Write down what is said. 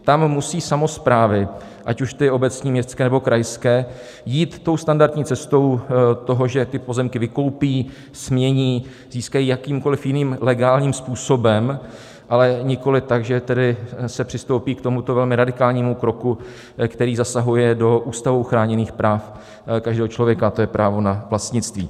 Tam musí samosprávy, ať obecní, městské nebo krajské, jít standardní cestou toho, že pozemky vykoupí, smění, získají jakýmkoliv jiným legálním způsobem, ale nikoliv tak, že se přistoupí k tomuto velmi radikálnímu kroku, který zasahuje do ústavou chráněných práv každého člověka, a to je právo na vlastnictví.